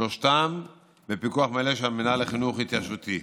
שלושתם בפיקוח מלא של המינהל לחינוך התיישבותי,